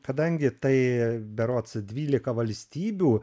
kadangi tai berods dvylika valstybių